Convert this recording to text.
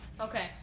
Okay